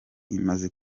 imaze